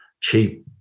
cheap